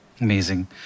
Amazing